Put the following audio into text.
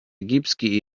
egipski